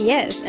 Yes